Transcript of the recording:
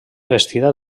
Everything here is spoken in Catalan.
vestida